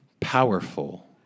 Powerful